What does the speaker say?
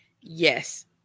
yes